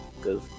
Cause